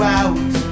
out